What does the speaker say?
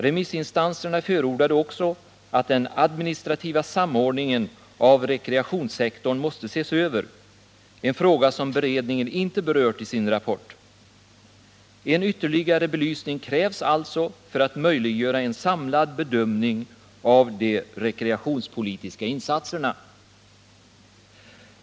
Remissinstanserna förordade också att den administrativa samordningen av rekreationssektorn skulle ses över, en fråga som beredningen inte berört i sin rapport. En ytterligare belysning krävs alltså för att möjliggöra en samlad bedömning av de rekreationspolitiska insatserna.